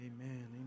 Amen